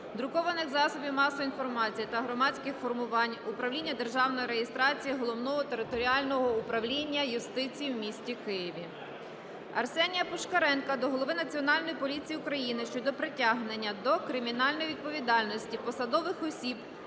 друкованих засобів масової інформації та громадських формувань Управління державної реєстрації Головного територіального управління юстиції у місті Києві. Арсенія Пушкаренка до голови Національної поліції України щодо притягнення до кримінальної відповідальності посадових осіб